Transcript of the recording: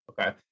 okay